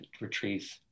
retrieve